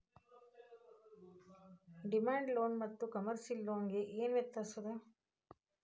Demand loan ಮತ್ತ commercial loan ಗೆ ಏನ್ ವ್ಯತ್ಯಾಸದ?